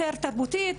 יותר תרבותית,